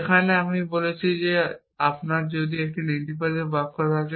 এখানে আমরা বলছি যে আপনার যদি একটি নেতিবাচক চিহ্ন থাকে